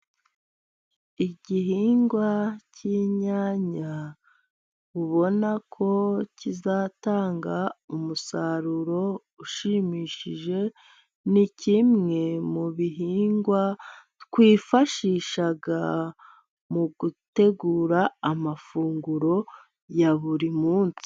Igihingwa cy'inyanya ubona ko kizatanga umusaruro ushimishije. Ni kimwe mu bihingwa twifashisha, mu gutegura amafunguro ya buri munsi.